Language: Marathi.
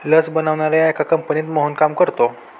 लस बनवणाऱ्या एका कंपनीत मोहन काम करतो